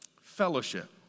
Fellowship